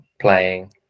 playing